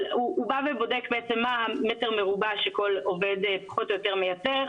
אבל האומדן בא ובודק מה המטר המרובע שכל עובד פחות או יותר מייצר.